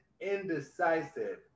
indecisive